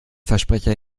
versprecher